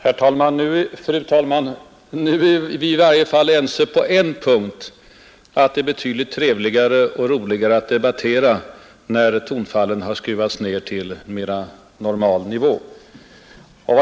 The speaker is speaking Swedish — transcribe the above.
Fru talman! Nu är vi i varje fall ense på en punkt: att det är betydligt trevligare och roligare att debattera när tonfallen har skruvats ned till normal nivå.